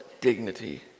dignity